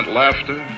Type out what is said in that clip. laughter